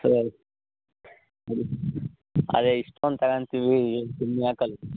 sir ಅದೇ ಇಷ್ಟೊಂದು ತಗೊಂತೀವಿ ಏನು ಕಮ್ಮಿ ಹಾಕಲ್ಲವಾ